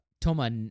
Toma